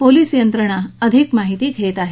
police यंत्रणा अधिक माहिती घेत आहे